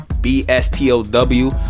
B-S-T-O-W